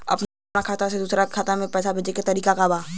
अपना खाता से दूसरा बैंक के खाता में पैसा भेजे के तरीका का बा?